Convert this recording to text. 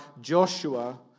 Joshua